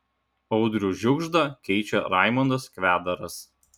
audrių žiugždą keičia raimondas kvedaras